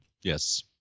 Yes